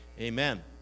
amen